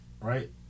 right